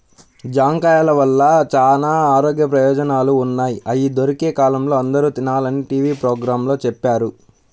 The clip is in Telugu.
జాంకాయల వల్ల చానా ఆరోగ్య ప్రయోజనాలు ఉన్నయ్, అయ్యి దొరికే కాలంలో అందరూ తినాలని టీవీ పోగ్రాంలో చెప్పారు